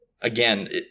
again